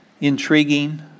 intriguing